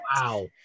Wow